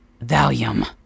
Valium